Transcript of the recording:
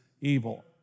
evil